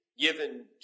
given